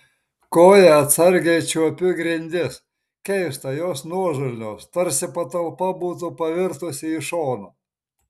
koja atsargiai čiuopiu grindis keista jos nuožulnios tarsi patalpa būtų pavirtusi į šoną